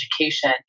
education